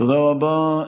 תודה רבה.